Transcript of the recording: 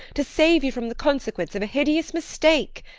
to save you from the consequence of a hideous mistake?